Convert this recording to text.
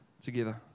together